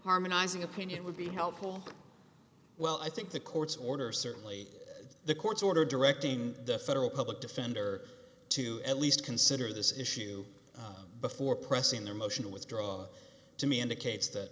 harmonizing opinion would be helpful well i think the court's order certainly the court's order directing the federal public defender to at least consider this issue before pressing their motion to withdraw to me indicates that